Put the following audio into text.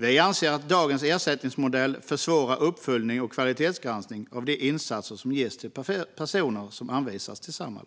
Vi anser att dagens ersättningsmodell försvårar uppföljning och kvalitetsgranskning av de insatser som ges till personer som anvisas till Samhall.